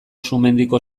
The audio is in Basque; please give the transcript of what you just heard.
sumendiko